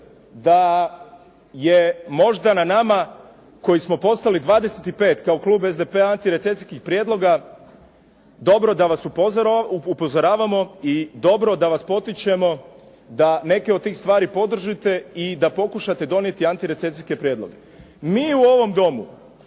da je možda na nama koji smo poslali 25 kao klub SDP-a antirecesijskih prijedloga, dobro da vas upozoravamo i dobro da vas potičemo da neke od tih stvari podržite i da pokušate donijeti antirecesijske prijedloge. Mi u ovom Domu